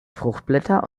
fruchtblätter